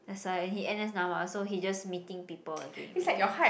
that's why he N_S now mah so he just meeting people during weekends